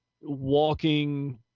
walking